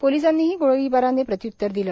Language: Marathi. पोलिसांनीही गोळीबाराने प्रत्य्त्तर दिले